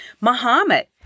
Muhammad